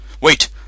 Wait